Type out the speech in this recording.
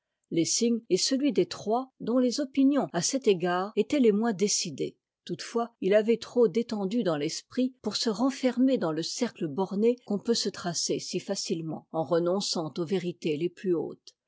lessing est celui des trois dont les opinions à cet égard étaient les moins décidées toutefois il avait trop d'étendue dans l'esprit pour se renfermer dans le cercle borné qu'on peut se tracer si facilement en renonçant aux vérités les plus hautes